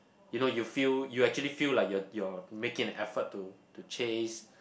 you know you feel you actually feel like you you're making an effort to to chase